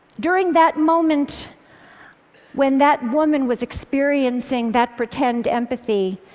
during that moment when that woman was experiencing that pretend empathy,